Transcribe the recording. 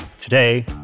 Today